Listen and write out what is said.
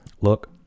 look